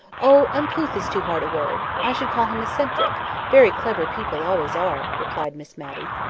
oh! uncouth is too hard a word. i should call him eccentric very clever people always are! replied miss matty.